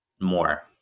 more